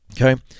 Okay